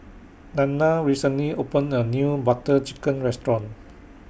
Nanna recently opened A New Butter Chicken Restaurant